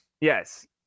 Yes